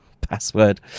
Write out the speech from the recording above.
password